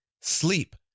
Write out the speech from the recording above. sleep